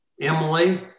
Emily